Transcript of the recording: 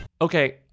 okay